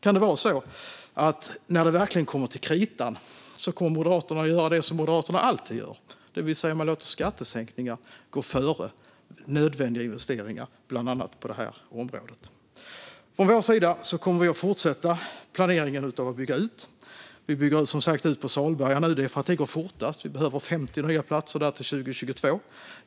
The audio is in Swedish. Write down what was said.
Kan det vara så att när det kommer till kritan kommer Moderaterna att göra det Moderaterna alltid gör, nämligen låta skattesänkningar gå före nödvändiga investeringar på bland annat detta område? Vi kommer att fortsätta planeringen för utbyggnad. Nu bygger vi ut Salberga för att det går fortast. Det behövs 50 nya platser där till 2022.